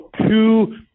two